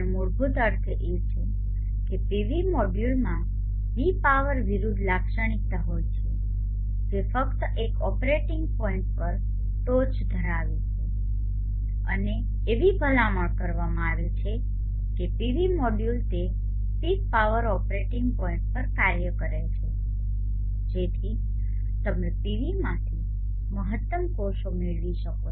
તેનો મૂળભૂત અર્થ એ છે કે પીવી મોડ્યુલમાં વી પાવર વિરુદ્ધ લાક્ષણિકતા હોય છે જે ફક્ત એક ઓપરેટિંગ પોઇન્ટ પર ટોચ ધરાવે છે અને એવી ભલામણ કરવામાં આવે છે કે પીવી મોડ્યુલ તે પીક પાવર ઓપરેટીંગ પોઇન્ટ પર કાર્ય કરે છે જેથી તમે પીવીમાંથી મહત્તમ કોષો મેળવી શકો